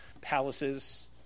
palaces